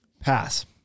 Pass